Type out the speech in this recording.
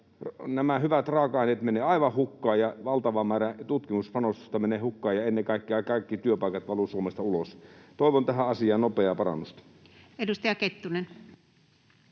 Nämä hyvät raaka-aineet menevät aivan hukkaan, ja valtava määrä tutkimuspanostusta menee hukkaan, ja ennen kaikkea kaikki työpaikat valuvat Suomesta ulos. Toivon tähän asiaan nopeaa parannusta. [Speech